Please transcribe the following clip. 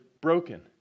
broken